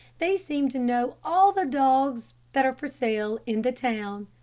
they seem to know all the dogs that are for sale in the town.